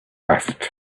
asked